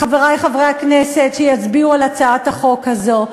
חברי חברי הכנסת שיצביעו על הצעת החוק הזו,